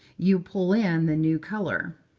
you pull in the new color.